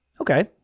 okay